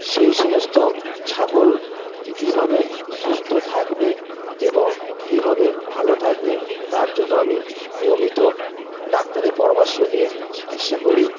সেই সমস্ত ছাগল যে কীভাবে সুস্থ থাকবে এবং কীভাবে ভালো থাকবে তার জন্য আমি নিয়মিত ডাক্তারের পরামর্শ নিয়ে চিকিৎসা করি